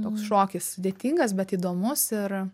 toks šokis sudėtingas bet įdomus ir